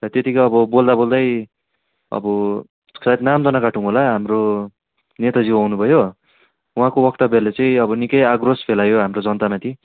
सायद त्यतिकै अब बोल्दाबोल्दै अब सायद नाम चाहिँ नकाटौँ होला हाम्रो नेताज्यू आउनुभयो उहाँको वक्तव्यले चाहिँ अब निकै आक्रोश फैलायो हाम्रो जनतामाथि